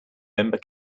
member